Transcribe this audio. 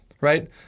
right